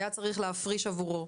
היה צריך להפריש עבורו